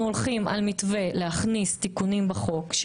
הולכים על מתווה להכניס תיקונים בחוק,